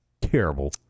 terrible